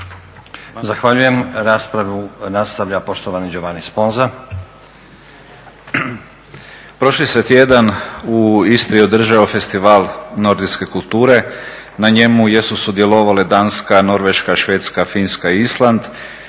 Zahvaljujem. Raspravu nastavlja poštovani Giovanni Sponza. **Sponza, Giovanni (IDS)** Prošli se tjedan u Istri održao festival Nordijske kulture, na njemu jesu sudjelovale Danska, Norveška, Finska, Island